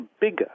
bigger